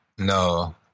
No